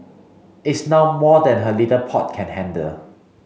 it's now more than her little pot can handle